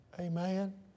Amen